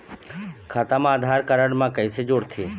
खाता मा आधार कारड मा कैसे जोड़थे?